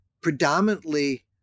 predominantly